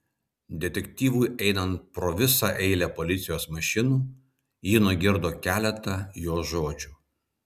detektyvui einant pro visą eilę policijos mašinų ji nugirdo keletą jo žodžių